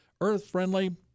earth-friendly